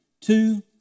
two